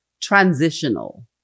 Transitional